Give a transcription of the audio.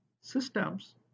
systems